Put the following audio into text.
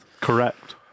Correct